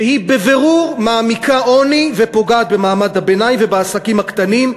שהיא בבירור מעמיקה עוני ופוגעת במעמד הביניים ובעסקים הקטנים,